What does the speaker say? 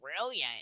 brilliant